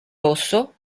rosso